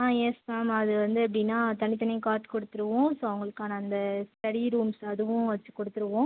ஆ yes ma'am அது வந்து எப்படின்னா தனித் தனியாக கார்ட் கொடுத்துருவோம் ஸோ அவங்களுக்கான அந்த ஸ்டடி ரூம்ஸ் அதுவும் வச்சு கொடுத்துருவோம்